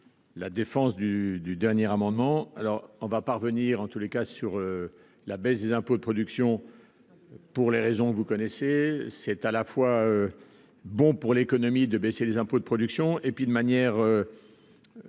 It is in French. La défense du du dernier amendement alors on va parvenir en tous les cas sur la baisse des impôts de production. Pour les raisons que vous connaissez, c'est à la fois bon pour l'économie de baisser les impôts, de production et puis de manière